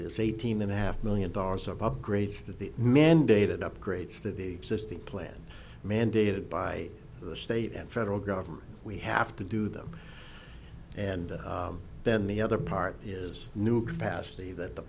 is eighteen and a half million dollars of upgrades that the mandated upgrades to the existing plant mandated by the state and federal government we have to do them and then the other part is new capacity that the